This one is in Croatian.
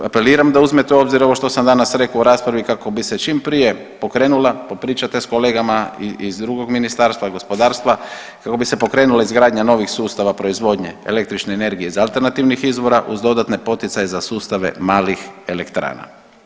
Apeliram da uzmete u obzir ovo što sam danas rekao u raspravi kako bi se čim prije pokrenula, popričajte s kolegama iz drugog Ministarstva gospodarstva, kako bi se pokrenula izgradnja novih sustava proizvodnje električne energije iz alternativnih izvora uz dodatne poticaje za sustave malih elektrana.